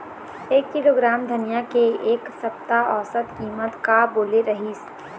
एक किलोग्राम धनिया के एक सप्ता औसत कीमत का बोले रीहिस?